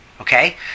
okay